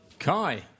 Kai